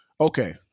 Okay